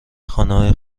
خانه